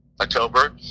October